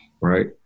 right